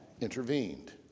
intervened